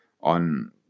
on